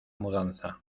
mudanza